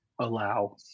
allow